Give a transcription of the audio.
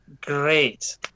great